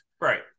right